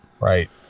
Right